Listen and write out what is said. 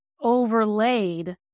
overlaid